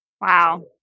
Wow